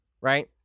right